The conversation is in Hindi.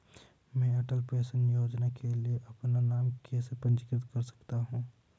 मैं अटल पेंशन योजना के लिए अपना नाम कैसे पंजीकृत कर सकता हूं?